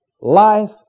life